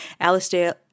Alistair